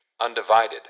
Undivided